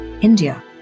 India